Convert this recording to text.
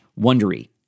wondery